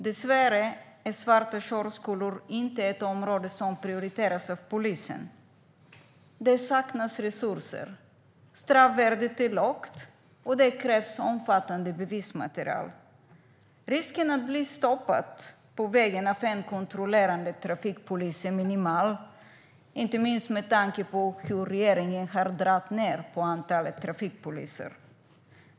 Dessvärre är svarta körskolor inte ett område som prioriteras av polisen. Det saknas resurser. Straffvärdet är lågt, och det krävs omfattande bevismaterial. Risken att bli stoppad på vägen av en kontrollerande trafikpolis är minimal, inte minst med tanke på hur regeringen har dragit ned på antalet trafikpoliser.